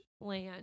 land